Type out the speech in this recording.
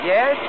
Yes